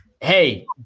hey